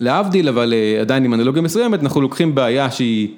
להבדיל אבל עדיין עם אנלוגיה מסוימת אנחנו לוקחים בעיה שהיא